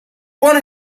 wanna